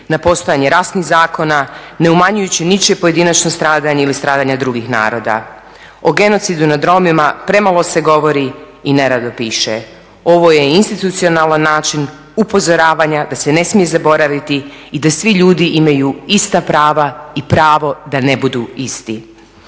na postojanje rasnih zakona ne umanjujući ničije pojedinačno stradanje ili stradanja drugih naroda. O genocidu nad Romima premalo se govori i nerado piše. Ovo je institucionalan način upozoravanja da se ne smije zaboraviti i da svi ljudi imaju ista prava i pravo da ne budu isti.